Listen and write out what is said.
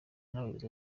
n’abayobozi